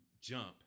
jump